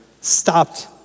stopped